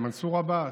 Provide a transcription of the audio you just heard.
מנסור עבאס.